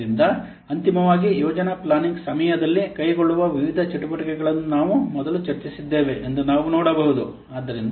ಆದ್ದರಿಂದ ಅಂತಿಮವಾಗಿ ಯೋಜನಾ ಪ್ಲಾನಿಂಗ್ ಸಮಯದಲ್ಲಿ ಕೈಗೊಳ್ಳುವ ವಿವಿಧ ಚಟುವಟಿಕೆಗಳನ್ನು ನಾವು ಮೊದಲು ಚರ್ಚಿಸಿದ್ದೇವೆ ಎಂದು ನಾವು ನೋಡಬಹುದು